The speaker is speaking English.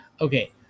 Okay